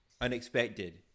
unexpected